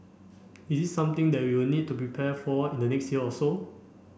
is this something that we would need to be prepared for in the next year or so